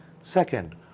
Second